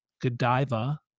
Godiva